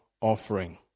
offering